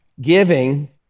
Giving